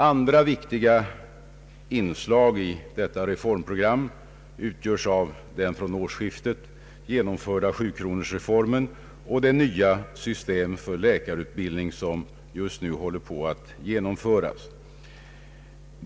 Andra viktiga inslag i detta reformprogram utgörs av den från årsskiftet genomförda sjukronorsreformen och det nya system för läkarutbildning som just nu håller på att genomföras.